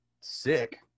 sick